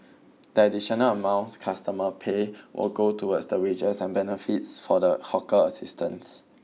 the additional amounts customers pay will go towards the wages and benefits for the hawker assistants